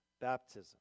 baptism